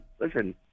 Listen